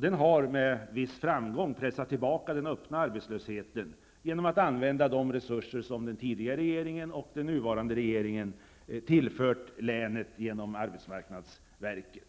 Den har med viss framgång pressat ner den öppna arbetslösheten genom att använda de resurser den tidigare regeringen och den nuvarande regeringen tillfört länet genom arbetsmarknadsverket.